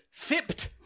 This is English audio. Fipped